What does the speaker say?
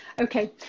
Okay